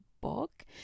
book